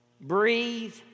Breathe